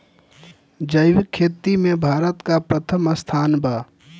जैविक खेती में भारत का प्रथम स्थान बा